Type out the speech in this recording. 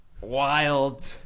wild